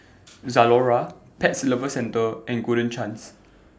Zalora Pet Lovers Centre and Golden Chance